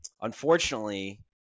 unfortunately